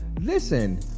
Listen